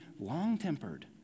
long-tempered